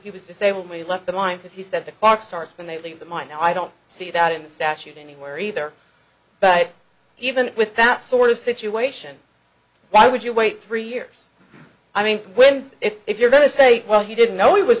it was disabled we left the mine because he said the clock starts when they leave the mine i don't see that in the statute anywhere either but even with that sort of situation why would you wait three years i mean when if you're going to say well he didn't know he was